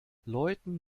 leuten